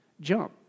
jump